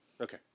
Okay